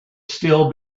still